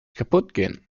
kaputtgehen